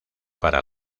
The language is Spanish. para